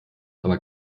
aber